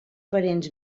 parents